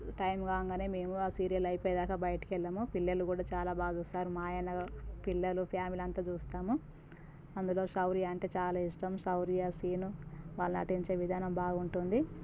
time కాగానే మేము ఆ సీరియల్ అయిపోయే దాకా బయటికి వెళ్ళము పిల్లలు కూడా చాలా బాగా చూస్తారు మా ఆయన పిల్లలు ఫ్యామిలీ అంతా చూస్తాము అందులో సౌర్య అంటే చాలా ఇష్టం సౌర్య శీను వాళ్ళ నటించే విధానం బాగుంటుంది